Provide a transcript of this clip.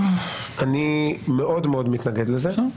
אני מאוד מאוד מתנגד לזה.